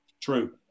True